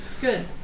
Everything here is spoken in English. good